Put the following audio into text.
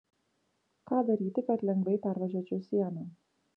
ką daryti kad lengvai pervažiuočiau sieną